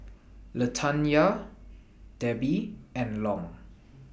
Latanya Debbi and Long